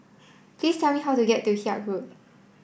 please tell me how to get to Haig Road